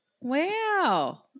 Wow